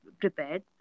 prepared